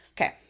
Okay